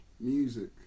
music